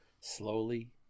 Slowly